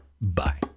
Bye